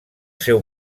seu